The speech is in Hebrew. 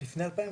לפני 2010?